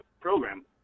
program